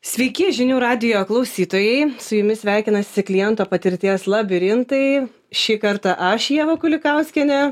sveiki žinių radijo klausytojai su jumis sveikinasi kliento patirties labirintai šį kartą aš ieva kulikauskienė